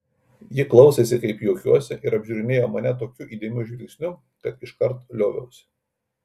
ji klausėsi kaip juokiuosi ir apžiūrinėjo mane tokiu įdėmiu žvilgsniu kad iškart lioviausi